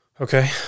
Okay